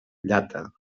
llata